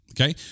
Okay